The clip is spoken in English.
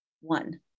one